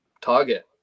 target